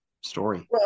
story